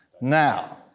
now